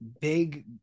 big